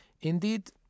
indeed